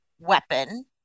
weapon